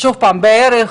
שוב אני אומר,